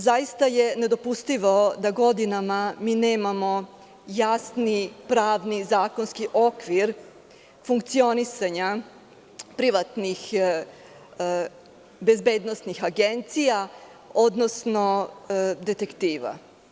Zaista je nedopustivo da godinama mi nemamo jasni pravni zakonski okvir funkcionisanja privatnih, bezbednosnih agencija, odnosno detektiva.